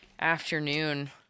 afternoon